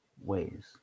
ways